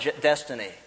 destiny